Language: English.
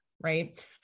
Right